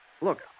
Look